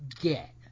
get